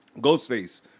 Ghostface